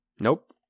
Nope